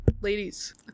Ladies